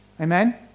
Amen